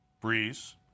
Breeze